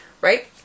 right